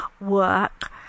work